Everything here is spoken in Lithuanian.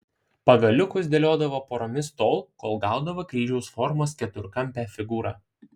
pagaliukus dėliodavo poromis tol kol gaudavo kryžiaus formos keturkampę figūrą